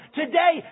today